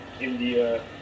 India